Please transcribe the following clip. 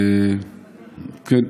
כן,